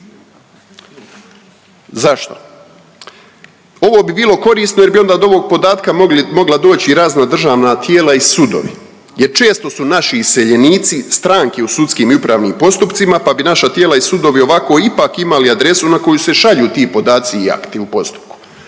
Zašto? Ovo bi bilo korisno jer bi onda do ovog podatka mogli, mogla doći i razna državna i sudovi jer često su naši iseljenici stranke u sudskim i upravnim postupcima pa bi naša tijela i sudovi ovako ipak imali adresu na koju se šalju ti podaci i akti u postupku.